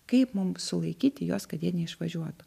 kaip mum sulaikyti juos kad jie neišvažiuotų